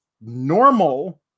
normal